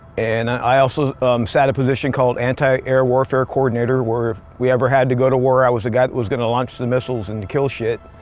and i also sat a position called anti air warfare coordinator where if we ever had to go to war, i was the guy who was going to launch the missiles and kill shit.